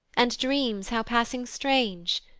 and dreams how passing strange!